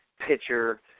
pitcher